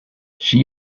she